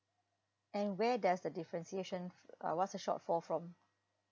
and where does the differentiation uh what's a short for form